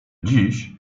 dziś